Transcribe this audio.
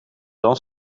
dan